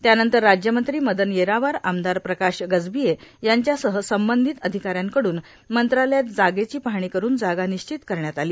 त्यानंतर राज्यमंत्री मदन येरावार आमदार प्रकाश गजभिये यांच्यासह संबंधीत अधिकाऱ्यांकडून मंत्रालयात जागेची पाहणी करुन जागा निश्चित करण्यात आली